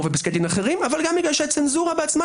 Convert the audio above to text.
ופסקי דין לאור ופסקי דין אחרים אבל גם כי הצנזורה בעצמה